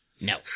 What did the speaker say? No